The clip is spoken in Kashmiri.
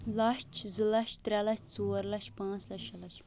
لَچھ زٕ لَچھ ترٛےٚ لَچھ ژور لَچھ پانٛژھ لَچھ شےٚ لَچھ